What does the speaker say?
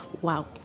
wow